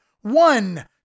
One